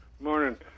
Morning